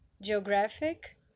geographic